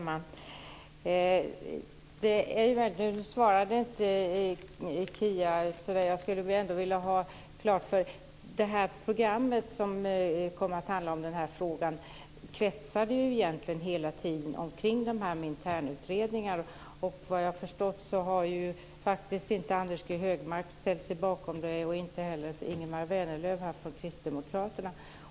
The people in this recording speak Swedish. Herr talman! Kia Andreasson svarade inte på min fråga. Programmet som min fråga handlade om kretsade ju egentligen hela tiden kring detta med internutredningar. Vad jag har förstått har inte Anders G Högmark ställt sig bakom detta och inte heller Ingemar Vänerlöv från Kristdemokraterna.